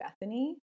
Bethany